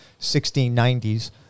1690s